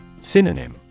Synonym